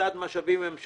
הקצאת משאבי ממשלתיים.